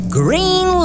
green